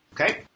Okay